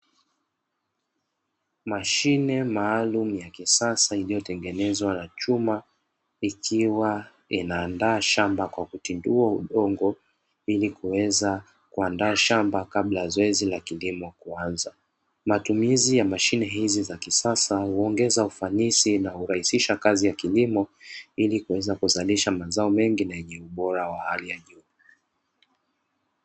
Mashine maalumu ya kisasa iliyotengenezwa na chuma, ikiwa inaandaa shamba kwa kutindua udongo, ili kuweza kuandaa shamba kabla ya zoezi la kilimo kuanza. Matumizi ya mashine hizi za kisasa huongeza ufanisi na urahisisha kazi ya kilimo ili kuweza kuzalisha mazao mengi na yenye ubora wa hali wa juu.